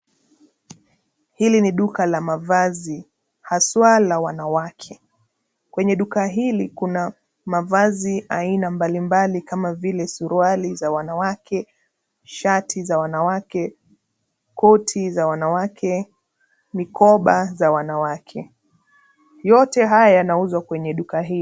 Hili ni duka la mavazi, haswaa la wanawake, kwenye duka hili kuna, mavazi aina mbali mbali kama vile suruali za wanawake, shati za wanawake, koti za wanawake, mikoba za wanawake, yote haya yanauzwa kwenye duka hii.